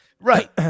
Right